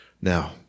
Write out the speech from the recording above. Now